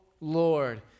Lord